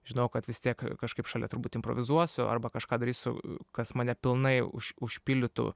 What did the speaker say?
žinojau kad vis tiek kažkaip šalia turbūt improvizuosiu arba kažką darysiu kas mane pilnai už užpildytų